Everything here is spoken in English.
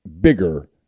bigger –